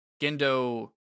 Gendo